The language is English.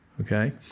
Okay